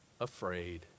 afraid